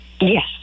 Yes